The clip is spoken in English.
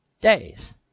days